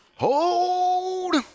Hold